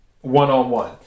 One-on-one